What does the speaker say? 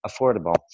affordable